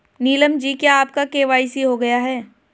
नीलम जी क्या आपका के.वाई.सी हो गया है?